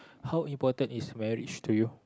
how important is marriage to you